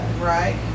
Right